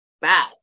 bad